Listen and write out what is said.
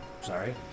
Sorry